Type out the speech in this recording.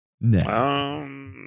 No